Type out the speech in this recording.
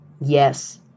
Yes